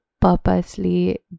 purposely